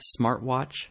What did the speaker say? smartwatch